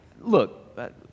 look